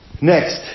Next